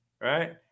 right